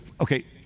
Okay